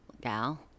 gal